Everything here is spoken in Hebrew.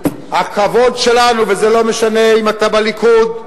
הכבוד שלנו, וזה לא משנה אם אתה בליכוד,